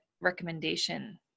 recommendation